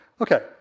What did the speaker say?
Okay